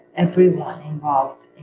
everyone involved in